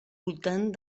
voltant